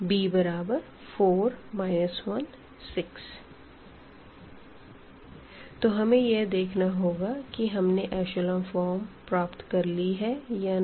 b4 1 6 तो हमें यह देखना होगा कि हमने एशलों फ़ॉर्म प्राप्त कर ली है या नहीं